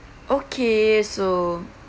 okay so